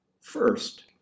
First